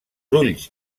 ulls